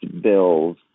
Bills